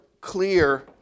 clear